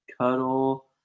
cuddle